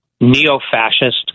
neo-fascist